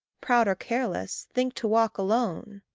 proud or careless, think to walk alone.